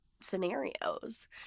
scenarios